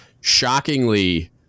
shockingly